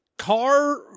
car